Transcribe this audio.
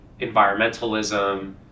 environmentalism